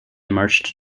marched